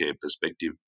perspective